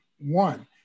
one